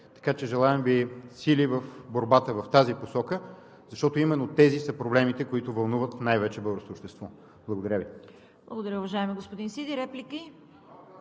Така че желаем Ви сили в борбата в тази посока, защото именно тези са проблемите, които вълнуват най-вече българското общество. Благодаря Ви. ПРЕДСЕДАТЕЛ ЦВЕТА КАРАЯНЧЕВА: Благодаря, уважаеми господин Сиди. Реплики?